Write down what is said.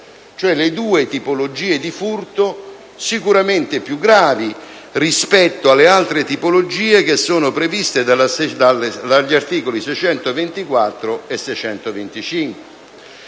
le due tipologie di furto sicuramente più gravi rispetto alle altre tipologie previste dagli articoli 624 e 625.